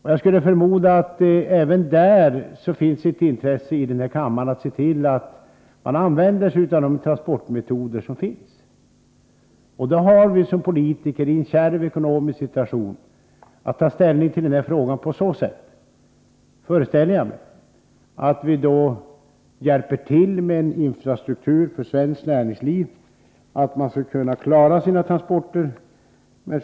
Jag skulle förmoda att det även i den här frågan finns ett intresse i den här kammaren att se till att man använder sig av de transportmetoder som redan finns. Vi har som politiker i en kärv ekonomisk situation att ta ställning till den här frågan på så sätt — föreställer jag mig — att vi hjälper näringslivet med en infrastruktur, så att de kan klara sina transporter.